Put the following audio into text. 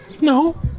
No